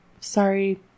sorry